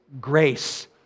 grace